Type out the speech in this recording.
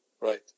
Right